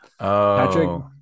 Patrick